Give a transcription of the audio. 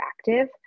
active